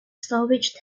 storage